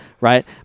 right